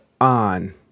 on